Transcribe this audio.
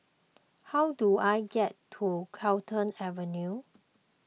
how do I get to Carlton Avenue